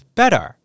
better